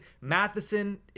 Matheson